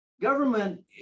government